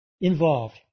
involved